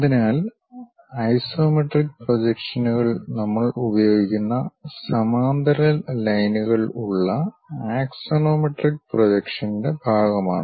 അതിനാൽ ഐസോമെട്രിക് പ്രൊജക്ഷനുകൾ നമ്മൾ ഉപയോഗിക്കുന്ന സമാന്തര ലൈനുകൾ ഉള്ള ആക്സോണോമെട്രിക് പ്രൊജക്ഷന്റെ ഭാഗമാണ്